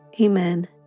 Amen